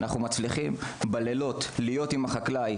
אנחנו מצליחים להיות בלילות עם החקלאי,